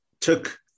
took